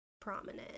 prominent